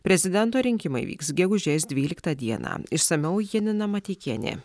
prezidento rinkimai vyks gegužės dvyliktą dieną išsamiau janina mateikienė